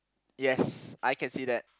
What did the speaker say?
yes I can see that